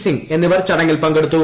സിംഗ് എന്നിവർ ചടങ്ങിൽ പങ്കെടുത്തു